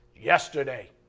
yesterday